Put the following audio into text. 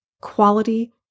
quality